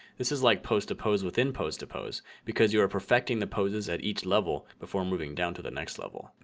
this is like post to pose with in pose to pose because you are perfecting the poses at each level before moving down to the next level.